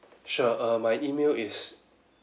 sure err my email is